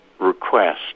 request